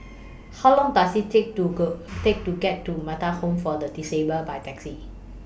How Long Does IT Take to Go Take to get to Metta Home For The Disabled By Taxi